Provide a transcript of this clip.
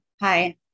Hi